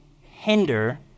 hinder